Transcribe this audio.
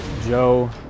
Joe